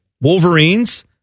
Wolverines